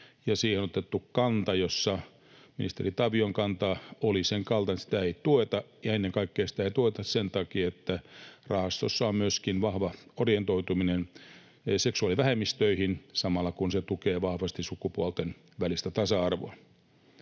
siihen on otettu kanta, jossa ministeri Tavion kanta oli sen kaltainen, että sitä ei tueta, ja ennen kaikkea sitä ei tueta sen takia, että rahastossa on myöskin vahva orientoituminen seksuaalivähemmistöihin samalla, kun se tukee vahvasti sukupuolten välistä tasa-arvoa.